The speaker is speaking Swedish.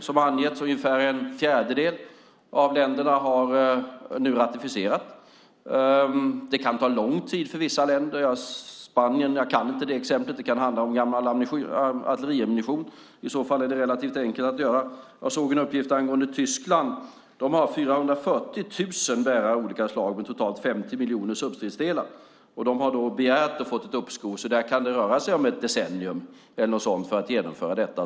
Som angetts har ungefär en fjärdedel av länderna nu ratificerat. Det kan ta lång tid för vissa länder. När det gäller Spanien kan jag inte det exemplet, men det kan handla om gammal artilleriammunition. I så fall är det relativt enkelt att göra. Jag såg en uppgift angående Tyskland. De har 440 000 bärare av olika slag med totalt 50 miljoner substridsdelar, och de har begärt och fått uppskov. Där kan det alltså röra sig om ett decennium eller liknande för att genomföra detta.